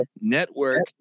network